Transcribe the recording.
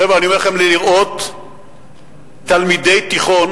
חבר'ה, אני אומר לכם, לראות תלמידי תיכון